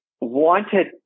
wanted